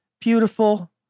beautiful